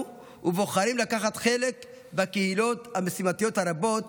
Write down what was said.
ובוחרים לקחת חלק בקהילות המשימתיות הרבות